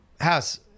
house